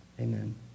Amen